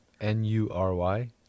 N-U-R-Y